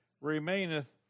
remaineth